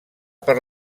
per